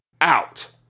out